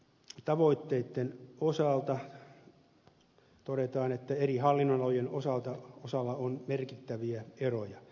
vaikuttavuustavoitteitten osalta todetaan että eri hallinnonaloilla on merkittäviä eroja